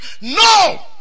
No